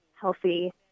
healthy